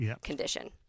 condition